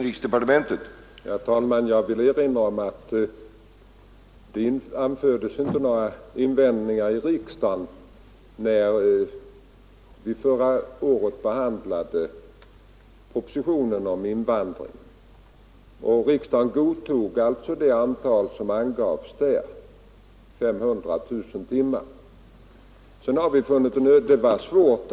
Herr talman! Jag vill erinra om att det inte restes några invändningar här i riksdagen när vi förra året behandlade propositionen om invandringen. Riksdagen godtog då det antal timmar för svenskundervisningen som angavs i den propositionen, alltså 500 000 timmar.